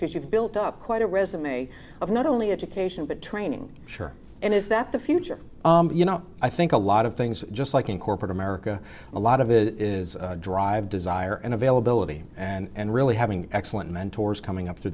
because you've built up quite a resume of not only education but training sure and is that the future you know i think a lot of things just like in corporate america a lot of it is drive desire and availability and really having excellent mentors coming up through